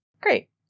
Great